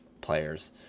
players